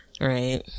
Right